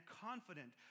confident